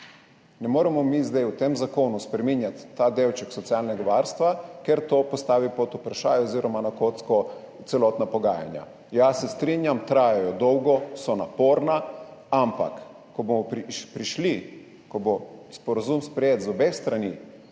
Ne moremo mi zdaj v tem zakonu spreminjati tega delčka socialnega varstva, ker to postavi pod vprašaj oziroma na kocko celotna pogajanja. Ja, se strinjam, trajajo dolgo, so naporna, ampak ko bo sporazum sprejet z obeh strani,